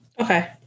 Okay